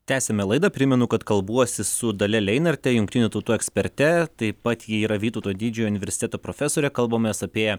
tęsiame laidą primenu kad kalbuosi su dalia leinarte jungtinių tautų eksperte taip pat ji yra vytauto didžiojo universiteto profesorė kalbamės apie